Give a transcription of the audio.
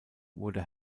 wurde